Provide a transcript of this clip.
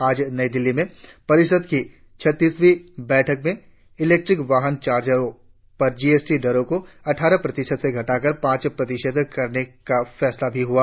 आज नई दिल्ली में परिषद की छत्तीसवीं बैठक में इलेक्ट्रिक वाहन चार्जरों पर जीएसटी दर को अट्ठारह प्रतिशत से घटाकर पांच प्रतिशत करने का फैसला भी हुआ